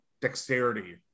dexterity